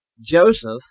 Joseph